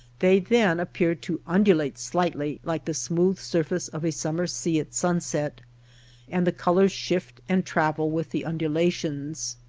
they then appear to undulate slightly like the smooth surface of a summer sea at sunset and the colors shift and travel with the undulations.